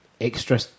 extra